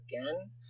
again